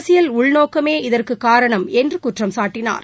அரசியல் உள்நோக்கமே இதற்கு காரணம் என்று குற்றம் சாட்டினார்